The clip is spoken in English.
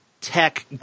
tech